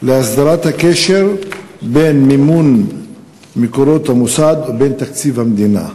ולהסדרת הקשר בין מימון מקורות המוסד ובין תקציב המדינה.